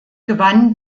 gewann